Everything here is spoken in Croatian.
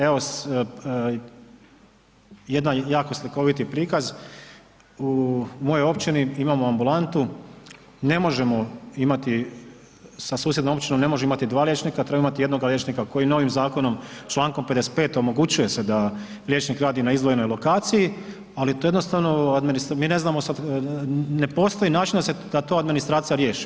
Evo jedan jako slikoviti prikaz, u mojoj općini imamo ambulantu, ne možemo imati sa susjednom općinom, ne možemo imati dva liječnika, trebamo imati jednoga liječnika koji novim zakonom člankom 55. omogućuje se da liječnik radi na izdvojenoj lokaciji, ali to jednostavno, mi ne znamo sad, ne postoji način da to administracija riješi.